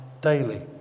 daily